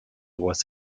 droits